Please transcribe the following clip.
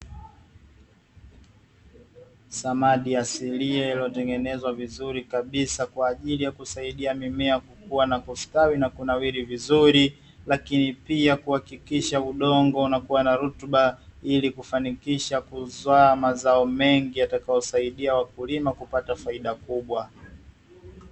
Samadi asiliya iliyotengenezwa vizuri kabisa kwa ajili ya kusaidia mimea kukua, na kustawi na kunawiri vizuri, lakini pia kuhakikisha udongo unakuwa na rutuba, ili kufanikisha kuzaa mazao mengi yatakaosaidia wakulima kupata faida kubwa.